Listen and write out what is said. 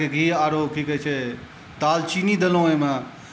गायके घी आरो की कहै छै दालचीनी देलहुॅं ओहिमे